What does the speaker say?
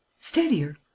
Steadier